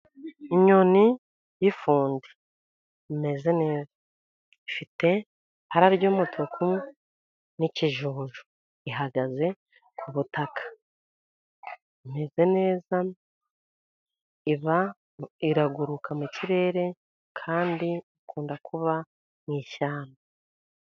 Inyoni y'ifundi imeze neza, ifite ibara ry'umutuku, n'ikijuju. Ihagaze ku butaka, imeze neza, iraguruka mu kirere, kandi ikunda kuba mu ishyamba.